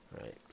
Right